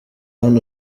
hano